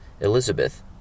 Elizabeth